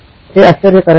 हे आश्चर्यकारक आहे